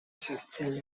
sartzen